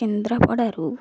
କେନ୍ଦ୍ରାପଡ଼ାରୁ